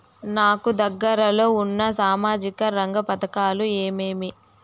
నాకు దగ్గర లో ఉన్న సామాజిక రంగ పథకాలు ఏమేమీ?